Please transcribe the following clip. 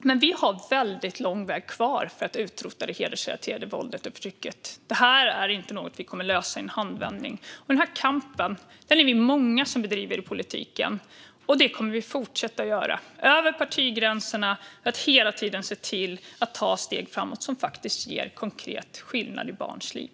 Men vi har väldigt lång väg kvar i arbetet för att utrota det hedersrelaterade våldet och förtrycket. Det är inte något vi kommer att lösa i en handvändning. Den här kampen är vi många som bedriver i politiken. Och det kommer vi att fortsätta göra, över partigränserna, för att hela tiden se till att ta steg framåt som gör konkret skillnad i barns liv.